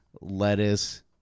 lettuce